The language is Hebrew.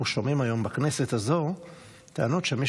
אנחנו שומעים היום בכנסת הזו טענות שמי